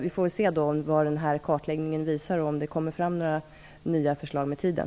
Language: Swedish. Vi får se vad kartläggningen visar och om det kommer fram några nya förslag med tiden.